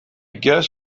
guess